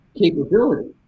capability